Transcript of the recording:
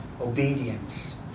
obedience